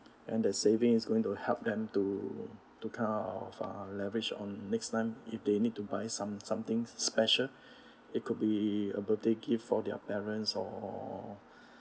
and the saving is going to help them to to kind of leverage on next time if they need to buy some~ something special it could be a birthday gift for their parents or